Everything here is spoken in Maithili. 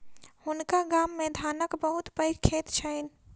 हुनका गाम मे धानक बहुत पैघ खेत छैन